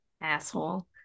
Asshole